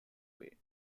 bay